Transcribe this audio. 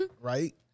Right